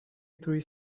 three